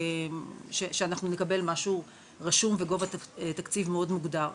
שאנחנו נקבל משהו רשום בגובה תקציב מאוד מוגדר.